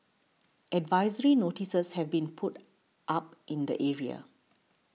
advisory notices have been put up in the area